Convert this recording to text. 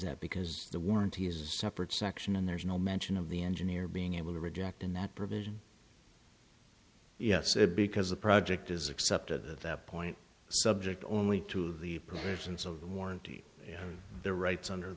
that because the warranty is a separate section and there's no mention of the engineer being able to reject in that provision yes because the project is accepted at that point subject only to the provisions of the warranty their rights under